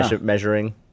Measuring